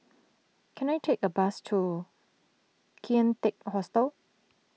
can I take a bus to Kian Teck Hostel